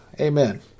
Amen